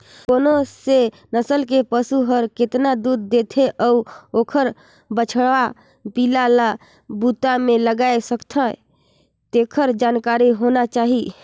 कोन से नसल के पसु हर केतना दूद देथे अउ ओखर बछवा पिला ल बूता में लगाय सकथें, तेखर जानकारी होना चाही